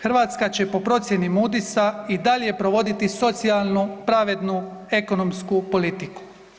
Hrvatska će po procijeni Moody'sa i dalje provoditi socijalnu, pravednu, ekonomsku politiku.